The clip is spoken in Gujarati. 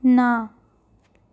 ના